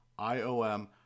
IOM